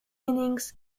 innings